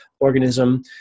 organism